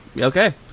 Okay